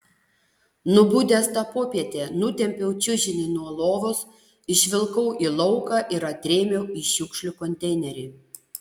nubudęs tą popietę nutempiau čiužinį nuo lovos išvilkau į lauką ir atrėmiau į šiukšlių konteinerį